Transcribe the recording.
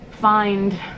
find